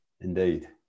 Indeed